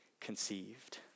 conceived